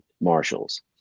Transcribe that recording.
marshals